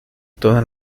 todas